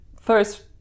First